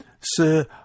Sir